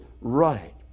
right